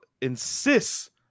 insists